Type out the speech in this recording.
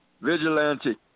Vigilante